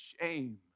shame